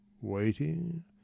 waiting